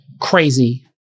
crazy